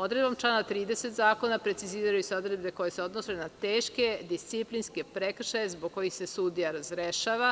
Odredbom člana 30. zakona preciziraju se odredbe koje se odnose na teške disciplinske prekršaje zbog kojih se sudija razrešava,